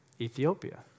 Ethiopia